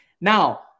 Now